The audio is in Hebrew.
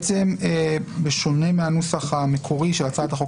בשונה מהנוסח המקורי של הצעת החוק